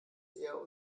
eher